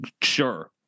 Sure